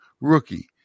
rookie